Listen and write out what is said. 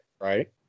Right